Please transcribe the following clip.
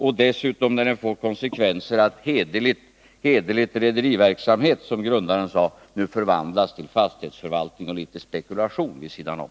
Konsekvenserna blir ju dessutom att hederlig rederiverksamhet, som grundaren sade, nu förvandlas till fastighetsförvaltning och litet spekulation vid sidan om.